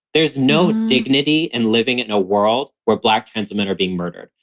there is no dignity in living in a world where black trans women are being murdered.